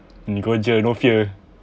go jer no fear